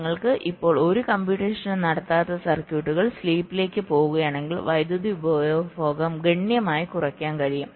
നിങ്ങൾ ഇപ്പോൾ ഒരു കംപ്യുട്ടഷനും നടത്താത്ത സർക്യൂട്ടുകൾ സ്ലീപ്പിലേക് പോകുകയാണെങ്കിൽ വൈദ്യുതി ഉപഭോഗം ഗണ്യമായി കുറയ്ക്കാൻ കഴിയും